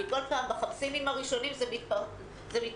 שכל פעם בחמסינים הראשונים זה מתפרץ.